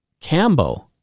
Cambo